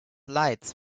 lights